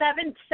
seven